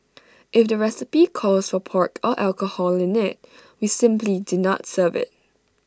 if the recipe calls for pork or alcohol in IT we simply do not serve IT